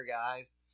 guys